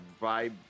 vibe